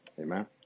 Amen